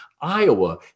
Iowa